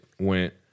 went